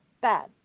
bad